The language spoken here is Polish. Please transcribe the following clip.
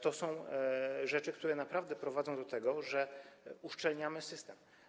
To są rzeczy, które naprawdę prowadzą do tego, że uszczelniamy system.